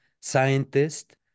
scientist